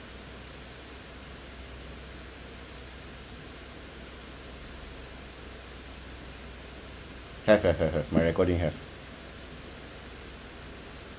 have have have have my recording here